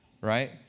right